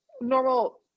normal